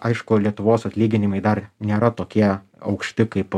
aišku lietuvos atlyginimai dar nėra tokie aukšti kaip